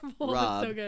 Rob